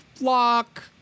lock